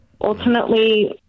ultimately